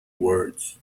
words